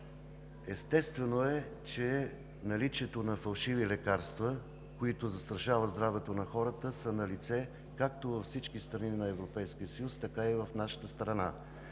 Естествено е, че наличието на фалшиви лекарства, които застрашават здравето на хората, са налице както във всички страни на Европейския съюз, така и в нашата страна.